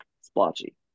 splotchy